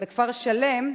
בכפר-שלם,